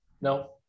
No